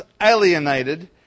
alienated